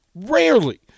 Rarely